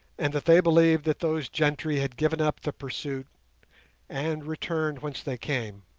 and that they believed that those gentry had given up the pursuit and returned whence they came.